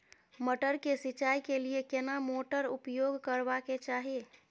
मटर के सिंचाई के लिये केना मोटर उपयोग करबा के चाही?